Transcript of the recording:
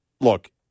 Look